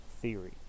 theory